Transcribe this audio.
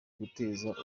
guteza